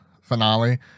finale